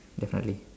definitely